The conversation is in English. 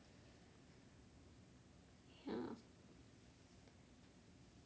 ya